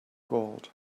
gold